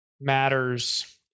matters